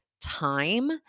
time